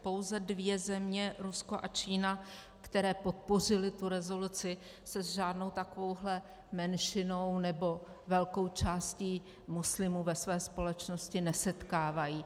Pouze dvě země Rusko a Čína které podpořily tu rezoluci, se s žádnou takovouhle menšinou nebo velkou částí muslimů ve své společnosti nesetkávají.